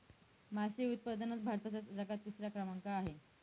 मासे उत्पादनात भारताचा जगात तिसरा क्रमांक आहे